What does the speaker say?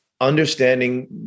understanding